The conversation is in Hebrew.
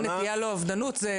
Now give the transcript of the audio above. או נטייה לאובדנות,